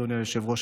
אדוני היושב-ראש.